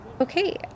Okay